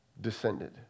descended